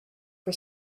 for